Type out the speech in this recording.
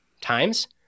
times